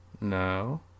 No